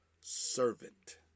servant